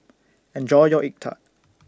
Enjoy your Egg Tart